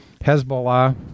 Hezbollah